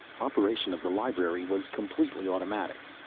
operation of the library was completely automatic.